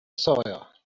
sawyer